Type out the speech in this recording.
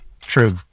True